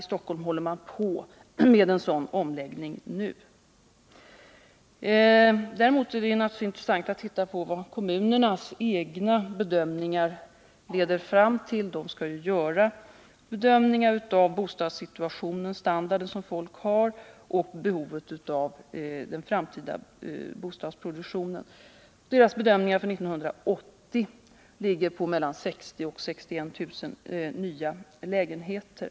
I Stockholm håller man på med en sådan omläggning nu. Däremot är det naturligtvis intressant att titta på vad kommunernas egna bedömningar leder fram till. Kommunerna skall ju göra bedömningar av 45 bostadssituationen, den bostadsstandard som folk har och behovet av framtida bostadsproduktion. Deras bedömningar av behovet för 1980 ligger på mellan 60 000 och 61 000 nya lägenheter.